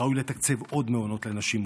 ראוי לתקצב עוד מעונות לנשים מוכות,